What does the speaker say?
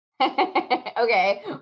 Okay